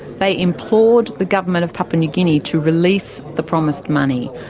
they implored the government of papua new guinea to release the promised money.